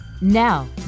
Now